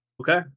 Okay